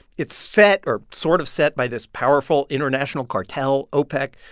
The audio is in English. it's set or sort of set by this powerful international cartel, opec.